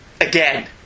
again